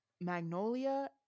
Magnolia